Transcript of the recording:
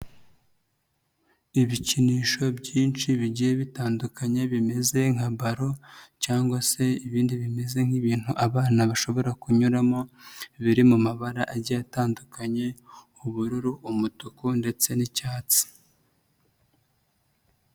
Ibikinisho byinshi bigiye bitandukanye bimeze nka balo cyangwa se ibindi bimeze nk'ibintu abana bashobora kunyuramo, biri mu mabara agiye atandukanye, ubururu, umutuku ndetse n'icyatsi.